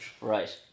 Right